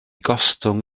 gostwng